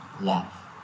love